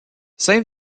saint